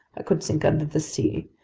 i could sink under the sea,